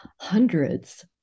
hundreds